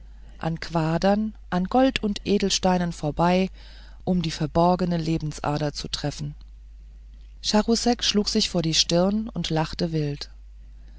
an quadern an gold und edelsteinen vorbei um die verborgene lebensader zu treffen und charousek schlug sich vor die stirn und lachte wild